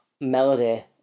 melody